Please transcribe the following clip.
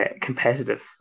competitive